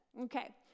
Okay